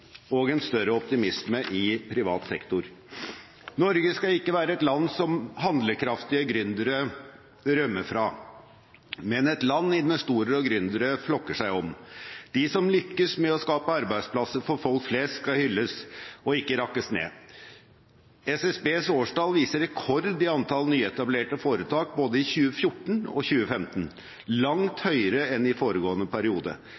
og en større optimisme i privat sektor. Norge skal ikke være et land som handlekraftige gründere rømmer fra, men et land investorer og gründere flokker seg om. De som lykkes med å skape arbeidsplasser for folk flest, skal hylles og ikke rakkes ned på. SSBs årstall viser rekord i antall nyetablerte foretak både i 2014 og i 2015, langt høyere enn i foregående periode,